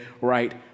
right